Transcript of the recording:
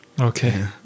Okay